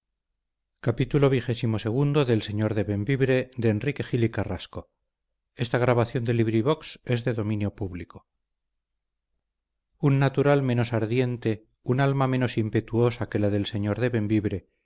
un natural menos ardiente un alma menos impetuosa que la del señor de